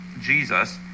jesus